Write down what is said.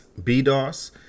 BDOS